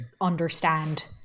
understand